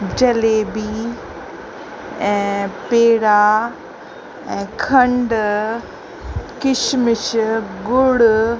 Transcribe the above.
जलेबी ऐं पेड़ा ऐं खंडु किशमिश ॻुड़